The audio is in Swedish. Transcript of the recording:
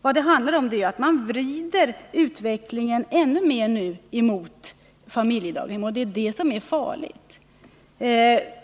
Vad det handlar om är att man vrider utvecklingen ännu mer mot familjedaghem, och det är det som är farligt.